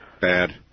Bad